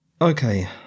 Okay